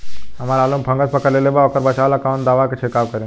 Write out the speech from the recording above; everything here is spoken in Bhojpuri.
हमरा आलू में फंगस पकड़ लेले बा वोकरा बचाव ला कवन दावा के छिरकाव करी?